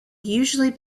usually